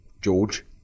George